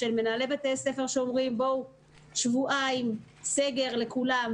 ממנהלי בתי ספר שאומרים: שבועיים סגר לכולם,